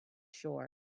shore